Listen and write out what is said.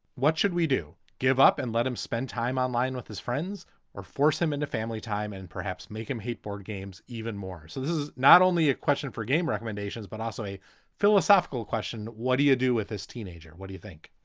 what should we do? give up and let him spend time online with his friends or force him into family time and perhaps make him hate board games even more. so this is not only a question for game recommendations, but also a philosophical question. what do you do with his teenager? what do you think?